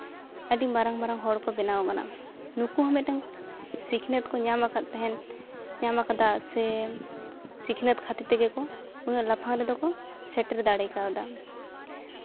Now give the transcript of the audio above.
ᱟᱹᱰᱤ ᱢᱟᱨᱟᱝ ᱢᱟᱨᱟᱝ ᱦᱚᱲ ᱠᱚ ᱵᱮᱱᱟᱣ ᱠᱟᱱᱟ ᱱᱩᱠᱩ ᱦᱚᱸ ᱢᱤᱫᱴᱟᱱ ᱥᱤᱠᱷᱱᱟᱹᱛ ᱠᱚ ᱧᱟᱢ ᱟᱠᱟᱫ ᱛᱟᱦᱮᱱ ᱧᱟᱢ ᱠᱟᱫᱟ ᱥᱮ ᱥᱤᱠᱷᱱᱟᱹᱛ ᱠᱷᱟᱹᱛᱤᱨ ᱛᱮᱜᱮ ᱠᱚ ᱩᱱᱟᱹᱜ ᱞᱟᱯᱷᱟᱝ ᱨᱮᱫᱚ ᱠᱚ ᱥᱮᱴᱮᱨ ᱫᱟᱲᱮ ᱠᱟᱣᱫᱟ